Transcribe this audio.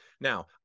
Now